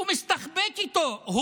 הוא מסתחבק איתו.